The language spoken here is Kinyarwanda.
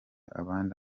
abandi